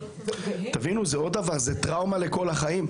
תבינו, זאת טראומה לכל החיים.